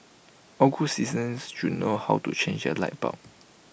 all good citizens should know how to change A light bulb